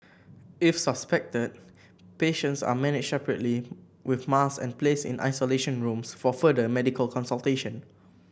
if suspected patients are managed separately with masks and placed in isolation rooms for further medical consultation